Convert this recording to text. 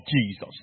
Jesus